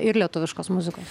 ir lietuviškos muzikos